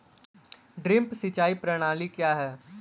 Drip सिंचाई प्रणाली क्या है?